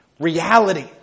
reality